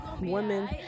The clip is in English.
women